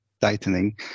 tightening